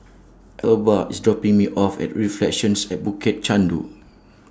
Elba IS dropping Me off At Reflections At Bukit Chandu